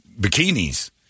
bikinis